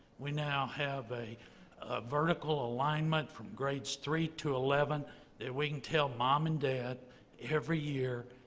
we now have a ah vertical alignment from grades three to eleven that we can tell mom and dad every year,